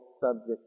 subject